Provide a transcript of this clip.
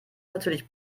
natürlich